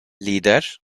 lider